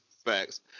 Facts